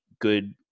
good